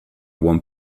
one